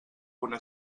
una